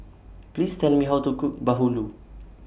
Please Tell Me How to Cook Bahulu